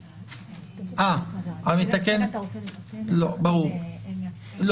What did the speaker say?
אתה רוצה לתקן, אז אין --- לא, לא,